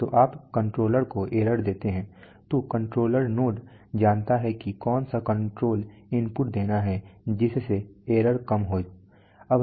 तो आप कंट्रोलर को एरर देते हैं तो कंट्रोलर नोड जानता है कि कौन सा कंट्रोल इनपुट देना है जिससे एरर कम से कम हो